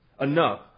enough